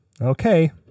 Okay